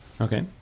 Okay